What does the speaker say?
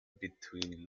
between